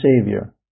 Savior